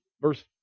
verse